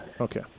Okay